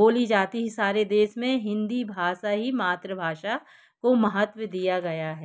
बोली जाती है सारे देश में हिंदी भाषा ही मातृभाषा को महत्व दिया गया है